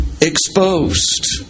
exposed